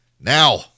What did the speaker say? Now